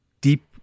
deep